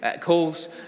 calls